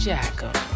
Jackal